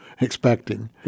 expecting